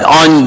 on